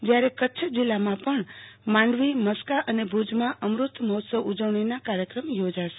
જયારે કચ્છ જિલ્લામાં પણ માંડવીમસ્કા અને ભુજમાં અમૃત મહોત્સવ ઉજવણીના કાર્યક્રમો યોજાશે